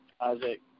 Isaac